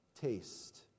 taste